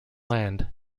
land